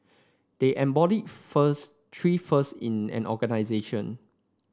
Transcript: they embody first three first in an organisation